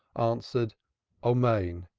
answered amen,